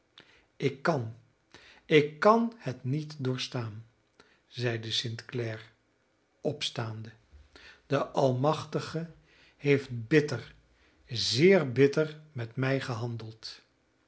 ik kan ik kan het niet doorstaan zeide st clare opstaande de almachtige heeft bitter zeer bitter met mij gehandeld